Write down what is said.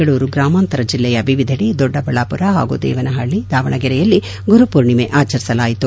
ಬೆಂಗಳೂರು ಗ್ರಾಮಾಂತರ ಜೆಲ್ಲೆಯ ವಿವಿಧೆಡೆ ದೊಡ್ಡಬಳ್ಳಾಪುರ ಹಾಗೂ ದೇವನಹಳ್ಳಿ ದಾವಣಗೆರೆಯಲ್ಲಿ ಗುರುಪೂರ್ಣಿಮೆ ಆಚರಿಸಲಾಯಿತು